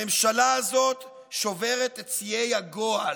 הממשלה הזאת שוברת את שיאי הגועל,